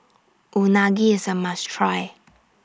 Unagi IS A must Try